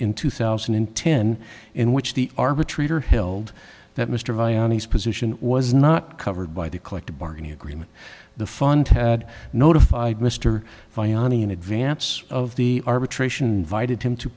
in two thousand and ten in which the arbitrator held that mr vii's position was not covered by the collective bargaining agreement the fund had notified mr fani in advance of the arbitration invited him to